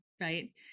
right